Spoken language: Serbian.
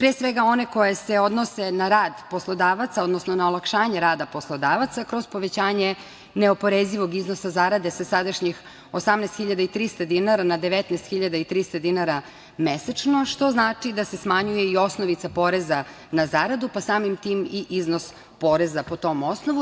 pre svega one koje se odnose na rad poslodavaca, odnosno na olakšanje rada poslodavaca kroz povećanje neoporezivog iznosa zarade sa sadašnjih 18.300 dinara na 19.300 dinara mesečno, što znači da se smanjuje i osnovica poreza na zaradu, pa samim tim i iznos poreza po tom osnovu.